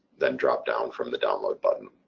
then drop down from the download button.